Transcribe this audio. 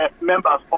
members